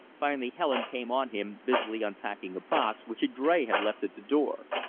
finally helen came on him busily unpacking a box which a dray had left at the door.